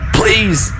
please